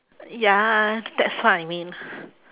ya that's what I mean